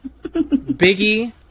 Biggie